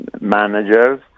managers